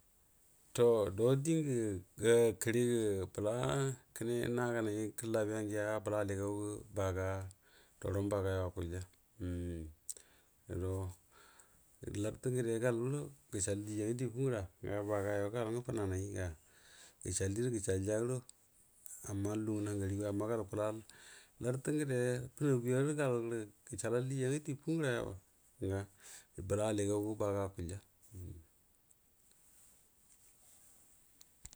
To do dingə kəngə bla kəne naganai kəllabiya ngiya bəla aligangə baga doron bagayo akulya do lartə ngəde galdo gəshal diga ngadi fura ga bagayo gal nga funanaigo gəshal dirə gəshal gado amma gal gukula lartə ngəde funaguyarə galdə gəshal dija nga di furaya ga bəla aligaugə baga.